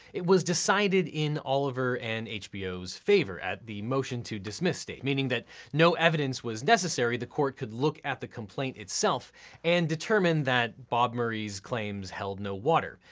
it was decided in oliver and hbo's favor, at the motion to dismiss stage, meaning that no evidence was necessary. the court could look at the complaint itself and determine that bob murray's claims held no water.